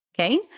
Okay